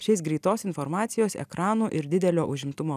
šiais greitos informacijos ekranų ir didelio užimtumo